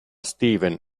steven